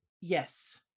yes